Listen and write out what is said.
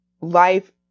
life